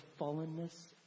fallenness